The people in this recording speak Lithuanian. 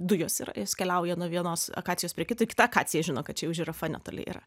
dujos yra jos keliauja nuo vienos akacijos prie kito ir kita akacijos žino kad čia jau žirafa netoli yra